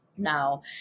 Now